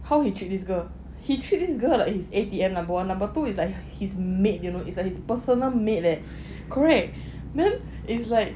how you treat this girl he treat this girl like his A_T_M number one number two is like his maid you know it's like his personal maid leh correct it's like